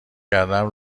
کردم